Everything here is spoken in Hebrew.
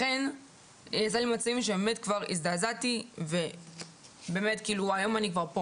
באמת הזדעזעתי והיום אני כבר פה